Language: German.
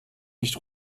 nicht